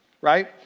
right